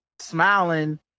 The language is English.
smiling